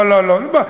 לא לא לא.